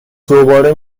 دوباره